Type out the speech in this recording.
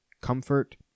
comfort